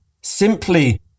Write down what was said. simply